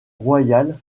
royal